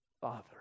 father